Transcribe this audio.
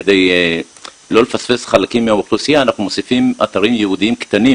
כדי לא לפספס חלקים מהאוכלוסייה אנחנו מוסיפים אתרים ייעודיים קטנים